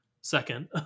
second